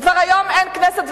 וכבר היום אין כנסת,